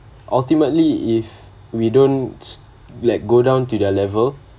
ultimately if we don't like s~ go down to their level